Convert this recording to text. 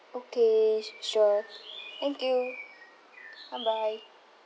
okay s~ sure thank you bye bye